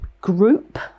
group